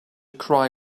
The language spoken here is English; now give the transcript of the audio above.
cry